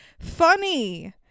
funny